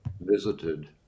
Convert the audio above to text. visited